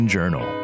Journal